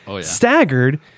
staggered